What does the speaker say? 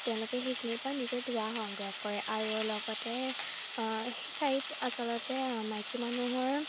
তেওঁলোকে সেইখিনিৰ পৰা নিজৰ দোৱা সংগ্ৰহ কৰে আৰু লগতে সেই ঠাইত আচলতে মাইকী মানুহৰ